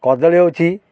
କଦଳୀ ହେଉଛି